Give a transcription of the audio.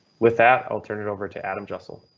with that, i'll turn it over to adam jussel.